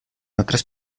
otras